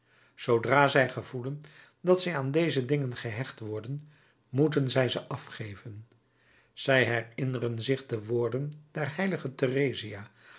zoodra zij gevoelen dat zij aan deze dingen gehecht worden moeten zij ze afgeven zij herinneren zich de woorden der h